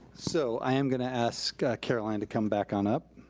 so i am gonna ask caroline to come back on up